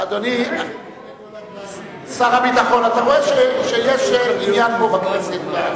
אדוני שר הביטחון, אתה רואה שיש עניין פה, בכנסת.